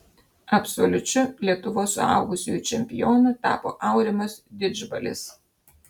absoliučiu lietuvos suaugusiųjų čempionu tapo aurimas didžbalis